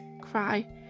cry